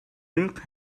luke